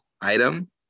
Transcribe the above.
item